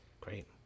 Great